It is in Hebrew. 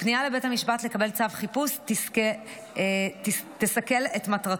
ופנייה לבית המשפט לקבל צו חיפוש תסכל את מטרתו.